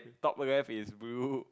top left is blue